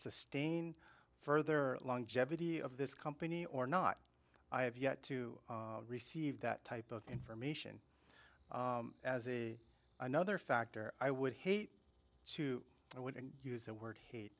sustain further longevity of this company or not i have yet to receive that type of information as another factor i would hate to i wouldn't use the word hate